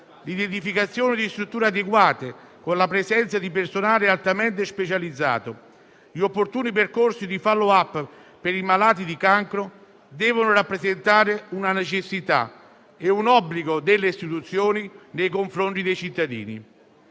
l'identificazione di strutture adeguate con la presenza di personale altamente specializzato e gli opportuni percorsi di *follow-up* per i malati di cancro devono rappresentare una necessità e un obbligo delle istituzioni nei confronti dei cittadini.